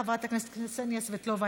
חברת הכנסת קסניה סבטלובה,